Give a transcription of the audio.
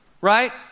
Right